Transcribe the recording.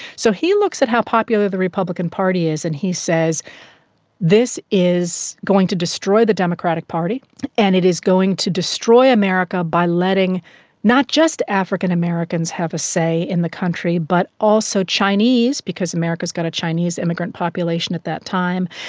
so he looks at how popular the republican party is and he says this is going to destroy the democratic party and it is going to destroy america by letting not just african americans have a say in the country but also chinese, because america has got a chinese immigrant population at that time,